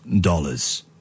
dollars